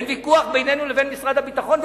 ואין ויכוח בינינו לבין משרד הביטחון,